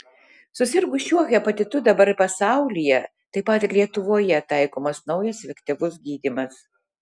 susirgus šiuo hepatitu dabar pasaulyje taip pat ir lietuvoje taikomas naujas efektyvus gydymas